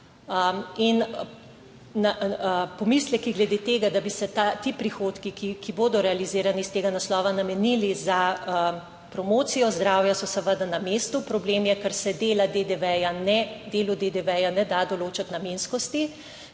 in pomisleki glede tega, da bi se ti prihodki, ki bodo realizirani iz tega naslova, namenili za promocijo zdravja so seveda na mestu. Problem je, ker se delu DDV ne da določiti namenskosti.